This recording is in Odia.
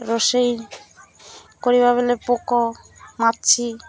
ରୋଷେଇ କରିବା ବେଲେ ପୋକ ମାଛି